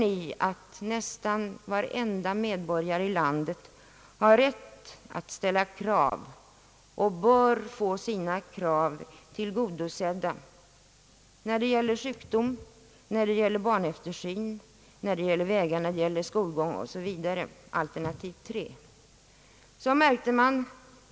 Har nästan varje medborgare i landet rätt att ställa krav, som vederbörande bör få tillgodosedda, när det gäller sjukvård, barneftersyn, vägar, skolgång osv.?